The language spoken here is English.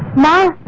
my